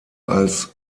als